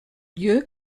lieu